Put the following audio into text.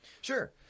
Sure